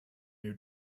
new